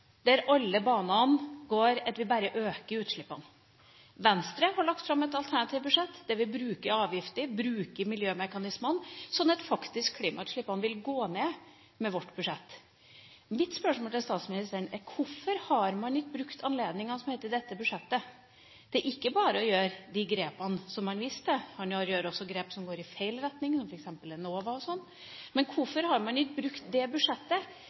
der alle banene går slik at vi bare øker utslippene. Venstre har lagt fram et alternativt budsjett der vi bruker avgifter og miljømekanismer, så klimautslippene vil faktisk gå ned med vårt budsjett. Mitt spørsmål til statsministeren er: Hvorfor har man ikke brukt anledninga til i dette budsjettet ikke bare å gjøre de grepene som statsministeren viste til – man gjør også grep som går i feil retning, som f.eks. Enova? Hvorfor har man ikke brukt dette budsjettet